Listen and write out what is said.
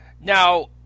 Now